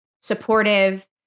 supportive